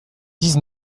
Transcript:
dix